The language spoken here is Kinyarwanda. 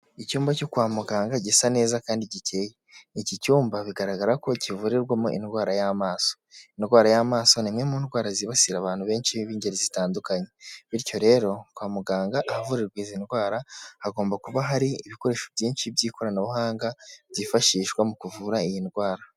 Icyumba cyo kwa muganga gisa neza kandi gikeye, iki cyumba bigaragara ko kivurirwamo indwara y'amaso, indwara y'amaso ni imwe mu ndwara zibasira abantu benshi b'ingeri zitandukanye bityo rero kwa muganga ahavurirwa izi ndwara hagomba kuba hari ibikoresho byinshi by'ikoranabuhanga, byifashishwa mu kuvura iyi ndwara.